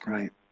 Right